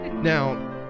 Now